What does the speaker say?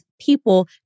people